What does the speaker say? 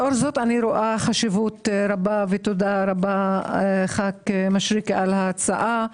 לאור זאת אני רואה חשיבות רבה ותודה רבה ח"כ מישרקי על ההצעה,